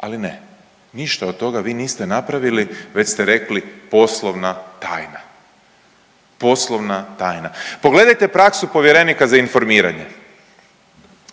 ali ne, ništa od toga vi niste napravili već ste rekli poslovna tajna, poslovna tajna. Pogledajte praksu povjerenika za informiranje.